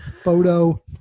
Photo